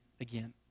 again